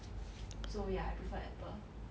so yeah I prefer apple